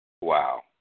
Wow